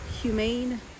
humane